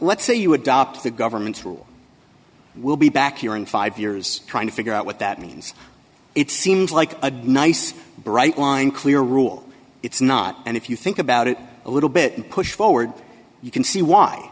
let's say you adopt the government's rule we'll be back here in five years trying to figure out what that means it seems like a nice bright line clear rule it's not and if you think about it a little bit and push forward you can see why